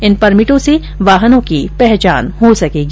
इन परमिटों से वाहनों की पहचान हो सकेगी